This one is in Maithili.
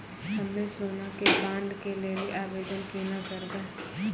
हम्मे सोना के बॉन्ड के लेली आवेदन केना करबै?